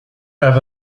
have